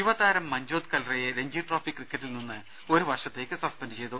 യുവതാരം മഞ്ചോത് കൽറയെ രഞ്ജി ട്രോഫി ക്രിക്കറ്റിൽ നിന്ന് ഒരു വർഷത്തേക്ക് സസ്പെന്റ് ചെയ്തു